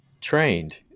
trained